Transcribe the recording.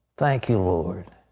thank you, lord,